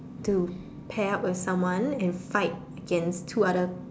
to pair up with someone and fight against two other